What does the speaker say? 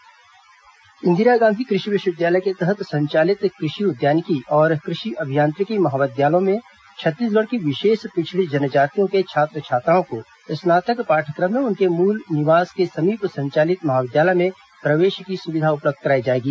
कृषि विवि पिछड़ी जनजाति इंदिरा गांधी कृषि विश्वविद्यालय के तहत संचालित कृषि उद्यानिकी और कृषि अभियांत्रिकी महाविद्यालयों में छत्तीसगढ़ की विशेष पिछड़ी जनजातियों के छात्र छात्राओं को स्नातक पाठ्यक्रम में उनके मूल निवास के समीप संचालित महाविद्यालय में प्रवेश की सुविधा उपलब्ध कराई जाएगी